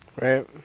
Right